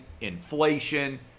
inflation